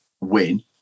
win